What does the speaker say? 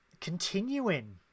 continuing